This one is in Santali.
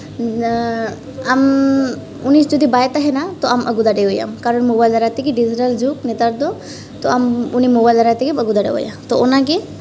ᱟᱢ ᱩᱱᱤ ᱡᱩᱫᱤ ᱵᱟᱭ ᱛᱟᱦᱮᱱᱟ ᱟᱢ ᱟᱹᱜᱩ ᱫᱟᱲᱮᱭᱟᱭᱟᱢ ᱠᱟᱨᱚᱱ ᱢᱳᱵᱟᱭᱤᱞ ᱫᱟᱨᱟᱭ ᱛᱮᱜᱮ ᱰᱤᱡᱤᱴᱟᱞ ᱡᱩᱜᱽ ᱱᱮᱛᱟᱨ ᱫᱚ ᱛᱚ ᱟᱢ ᱩᱱᱤ ᱢᱳᱵᱟᱭᱤᱞ ᱫᱟᱨᱟᱭ ᱛᱮᱜᱮᱢ ᱟᱹᱜᱩ ᱫᱟᱲᱮᱭᱟᱭᱟ ᱛᱚ ᱚᱱᱟᱜᱮ